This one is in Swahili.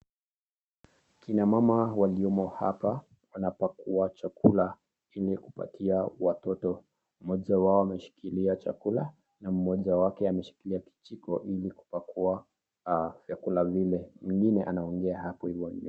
Kina mama walioko hapa wanapakua chakula ili kupatia watoto, moja wao ameshikilia chakula na moja wake ameshikilia kijiko, ili kupakua vyakula vile. Mwengine anaongea pale nyuma.